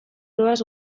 doaz